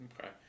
Okay